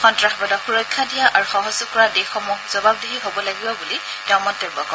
সন্তাসবাদক সুৰক্ষা দিয়া আৰু সহযোগ কৰা দেশসমূহ জবাদদিহি হব লাগিব বুলি তেওঁ মন্তব্য কৰে